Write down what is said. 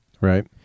Right